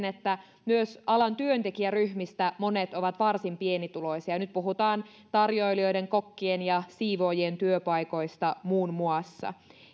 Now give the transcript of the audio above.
että myös alan työntekijäryhmistä monet ovat varsin pienituloisia ja nyt puhutaan tarjoilijoiden kokkien ja siivoojien työpaikoista muun muassa